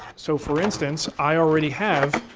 so, for instance, i already have